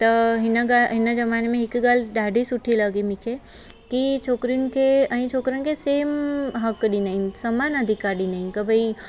त हिन ग हिन जमाने में हिक ॻाल्हि ॾाढी सुठी लगी मूंखे की छोकिरिन खे ऐं छोकिरन खे भई सेम हक़ ॾींदा आहिनि समान अधिकार ॾींदा आहिनि की भई